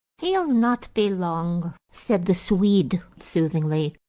he'll not be long, said the swede, soothingly.